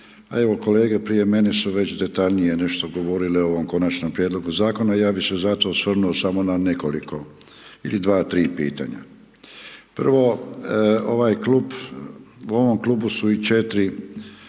pa evo, kolege prije mene su detaljnije govorili o ovom konačnom prijedlogu zakona, ja bi se zato osvrnuo samo na nekoliko ili 2, 3 pitanja. Prvo ovaj klub, u ovom klubu su i 4